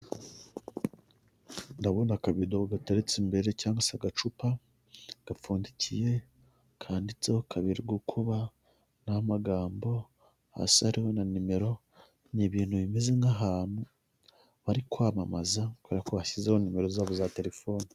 Ndabona akabido gateretse imbere cyangwa se agacupa, gapfundikiye kandiditseho kabiri gukuba n'amagambo. Hasi hariho na nimero n' ibintu bimeze nk'ahantu bari kwamamaza, kubera ko bashyizeho nimero zabo za telefone.